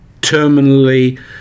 Terminally